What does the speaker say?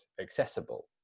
accessible